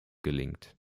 gelingt